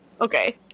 Okay